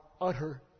utter